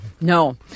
No